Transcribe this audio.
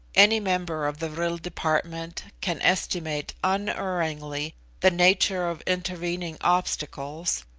any member of the vril department can estimate unerringly the nature of intervening obstacles,